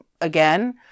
again